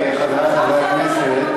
צודק יושב-ראש הכנסת.